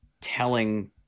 telling